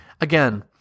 again